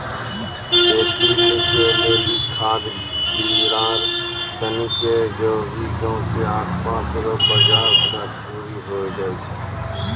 खेती के लेली खाद बिड़ार सनी के जरूरी गांव के आसपास रो बाजार से पूरी होइ जाय छै